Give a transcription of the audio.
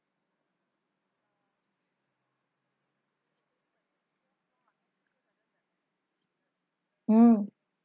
mm